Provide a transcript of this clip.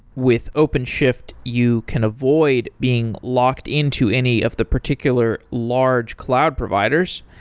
with openshift, you can avoid being locked into any of the particular large cloud providers.